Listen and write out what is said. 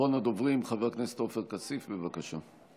אחרון הדוברים, חבר הכנסת עופר כסיף, בבקשה.